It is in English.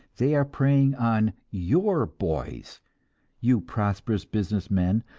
they are preying on your boys you prosperous business men,